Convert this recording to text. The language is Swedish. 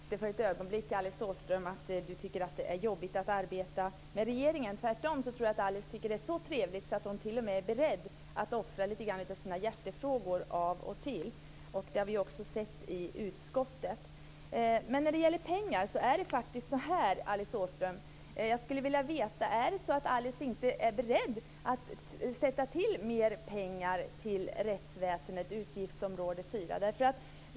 Fru talman! Jag tror inte för ett ögonblick att Alice Åström tycker att det är jobbigt att arbeta tillsammans med regeringen. Tvärtom tror jag att Alice tycker att det är så trevligt att hon t.o.m. är beredd att offra lite grann av sina hjärtefrågor av och till. Det har vi också sett i utskottet. Men när det gäller pengar skulle jag vilja veta om Alice inte är beredd att sätta till mer pengar till rättsväsendet, utgiftsområde 4.